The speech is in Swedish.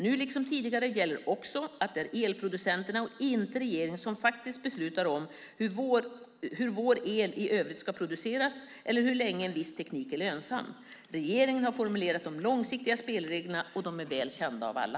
Nu liksom tidigare gäller också att det är elproducenterna och inte regeringen som faktiskt beslutar om hur vår el i övrigt ska produceras eller hur länge en viss teknik är lönsam. Regeringen har formulerat de långsiktiga spelreglerna, och de är väl kända av alla.